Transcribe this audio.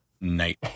night